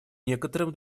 некоторым